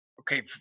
Okay